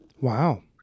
wow